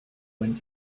went